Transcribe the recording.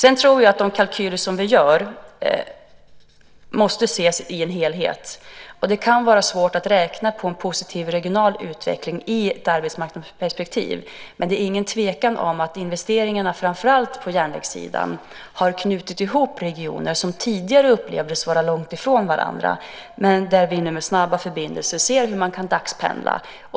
Jag tror att de kalkyler som vi gör måste ses i en helhet. Det kan vara svårt att räkna på en positiv regional utveckling i ett arbetsmarknadsperspektiv, men det är ingen tvekan om att investeringarna framför allt på järnvägssidan har knutit ihop regioner som tidigare upplevdes vara långt ifrån varandra, men där vi nu ser hur man med snabba förbindelser kan dagspendla.